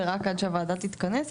ורק עד שהוועדה תתכנס,